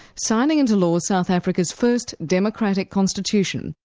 signing into law south africa's first democratic constitution.